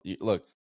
look